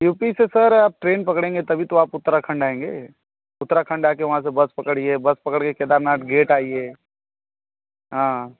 you P से sir आप train पकड़ेंगे तभी तो आप उत्तराखंड आएँगे उत्तराखंड आकर वहाँ से बस पकड़िए बस पकड़ कर केदारनाथ गेट आइए हाँ